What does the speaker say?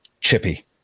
chippy